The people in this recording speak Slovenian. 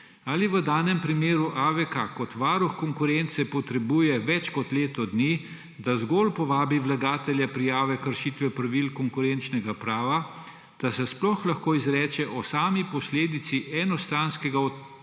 Ali v danem primeru AVK kot varuh konkurence potrebuje več kot leto dni, da zgolj povabi vlagatelja prijave kršitve pravil konkurenčnega prava, da se sploh lahko izreče o sami posledici enostranskega odstopa